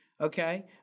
okay